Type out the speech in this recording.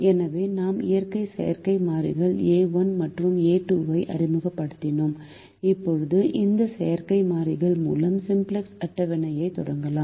எனவே நாம் இரண்டு செயற்கை மாறிகள் a1 மற்றும் a2 ஐ அறிமுகப்படுத்தினோம் இப்போது இந்த செயற்கை மாறிகள் மூலம் சிம்ப்ளக்ஸ் அட்டவணையை தொடங்கலாம்